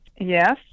yes